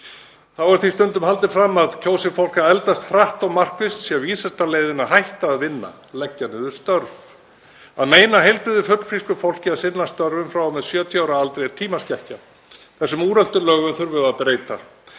Þá er því stundum haldið fram að kjósi fólk að eldast hratt og markvisst sé vísasta leiðin að hætta að vinna og leggja niður störf. Að meina heilbrigðu, fullfrísku fólki að sinna störfum frá og með 70 ára aldri er tímaskekkja. Þessum úreltu lögum þurfum við að breyta.